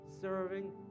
serving